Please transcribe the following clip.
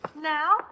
Now